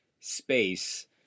space